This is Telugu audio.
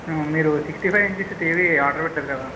మీరు sixty five inches TV order పెట్టారు కదా